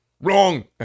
Wrong